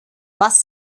was